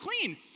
clean